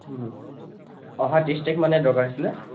অহা ত্ৰিছ তাৰিখমানে দৰকাৰ হৈছিলে